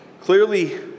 Clearly